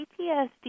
PTSD